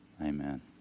Amen